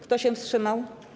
Kto się wstrzymał?